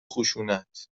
خشونت